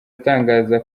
atangaza